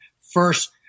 first